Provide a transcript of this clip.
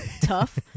tough